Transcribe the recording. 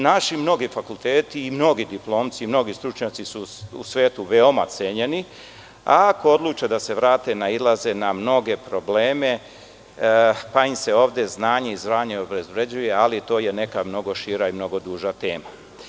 Naši mnogi fakulteti i mnogi diplomci i mnogi stručnjaci su u svetu veoma cenjeni, a ako odluče da se vrate nailaze na mnoge probleme, pa im se ovde znanje i obrazovanje obezvređuje, ali to je neka mnogo šira i mnogo duža tema.